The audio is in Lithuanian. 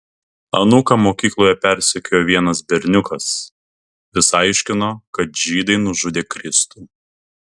anūką mokykloje persekiojo vienas berniukas vis aiškino kad žydai nužudė kristų